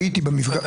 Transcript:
הייתי במפגש.